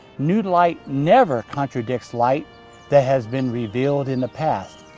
new light never contradicts light that has been revealed in the past.